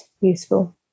useful